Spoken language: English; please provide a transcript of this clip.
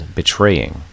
betraying